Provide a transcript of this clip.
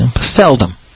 seldom